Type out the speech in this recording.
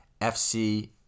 FC